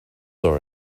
are